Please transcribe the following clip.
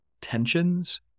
tensions